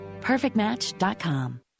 Perfectmatch.com